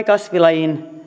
kasvilajien